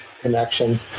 connection